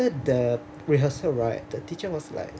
the rehearsal right the teacher was like